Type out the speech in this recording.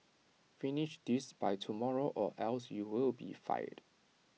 finish this by tomorrow or else you will be fired